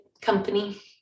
company